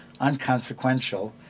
unconsequential